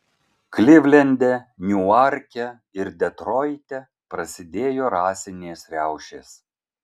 klivlende niuarke ir detroite prasidėjo rasinės riaušės